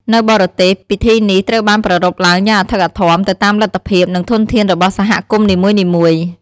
នៅបរទេស ពិធីនេះត្រូវបានប្រារព្ធឡើងយ៉ាងអធិកអធម ទៅតាមលទ្ធភាព និងធនធានរបស់សហគមន៍នីមួយៗ។